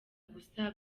gusa